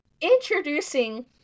Introducing